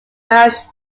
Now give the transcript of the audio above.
welsh